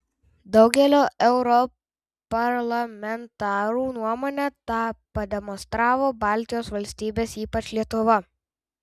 daugelio europarlamentarų nuomone tą pademonstravo baltijos valstybės ypač lietuva